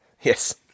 Yes